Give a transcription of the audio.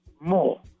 more